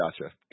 Gotcha